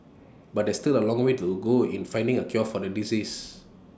but there is still A long way to go in finding A cure for the disease